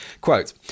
Quote